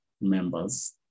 members